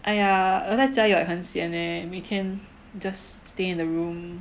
!aiya! 我在家里 like 很 sian leh we can just stay in the room